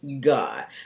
God